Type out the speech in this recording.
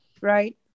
right